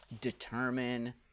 determine